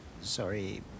Sorry